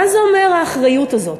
מה זה אומר האחריות הזאת?